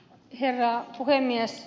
herra puhemies